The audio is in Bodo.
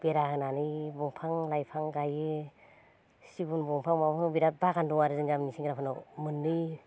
बेरा होनानै दंफां लाइफां गायो सिगुन बंफां माबा बिराद बागान दं आरो जों गामिनि सेंग्राफोरनाव मोननै